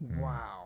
Wow